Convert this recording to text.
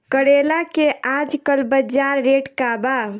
करेला के आजकल बजार रेट का बा?